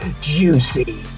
juicy